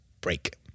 Break